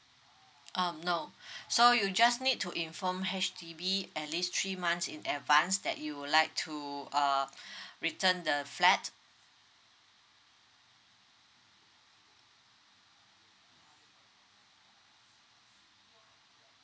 um no so you just need to inform H_D_B at least three months in advance that you'd like to uh return the flat